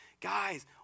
guys